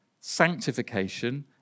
sanctification